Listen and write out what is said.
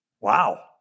Wow